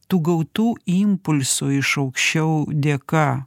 tų gautų impulsų iš aukščiau dėka